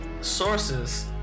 sources